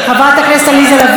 חברת הכנסת עליזה לביא,